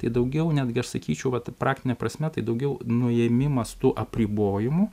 tai daugiau netgi aš sakyčiau vat praktine prasme tai daugiau nuėmimas tų apribojimų